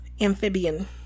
Amphibian